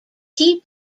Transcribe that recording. keep